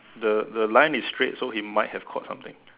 the the line is straight so he might have caught something